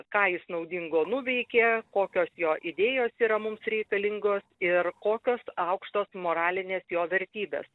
ką jis naudingo nuveikė kokios jo idėjos yra mums reikalingos ir kokios aukštos moralinės jo vertybės